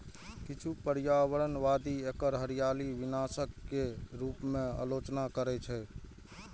किछु पर्यावरणवादी एकर हरियाली विनाशक के रूप मे आलोचना करै छै